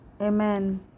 Amen